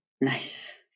Nice